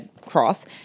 cross